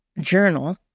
journal